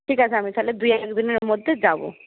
ঠিক আছে আমি তাহলে দু একদিনের মধ্যে যাবো